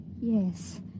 Yes